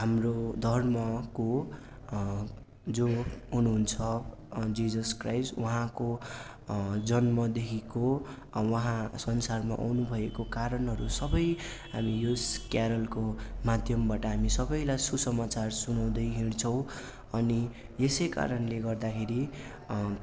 हाम्रो धर्मको जो हुनुहुन्छ जिजस क्राइस्ट उहाँको जन्मदेखिको उहाँ संसारमा आउनु भएको कारणहरू सबै हामी यस क्यारलको माध्यमबाट हामी सबैलाई सुसमाचार सुनाउँदै हिँड्छौँ अनि यसै कारणले गर्दाखेरि